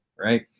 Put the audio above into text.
right